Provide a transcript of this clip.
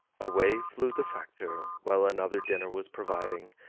away flew the factor, while another dinner was providing,